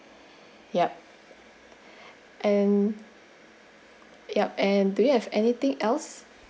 yup and yup and do you have anything else